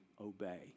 obey